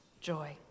joy